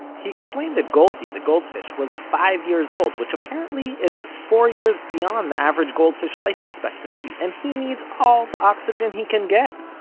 he explained that goldie, the goldfish, was five years old, which, apparently, is four years beyond the average goldfish life expectancy, and he needs all the oxygen he can get.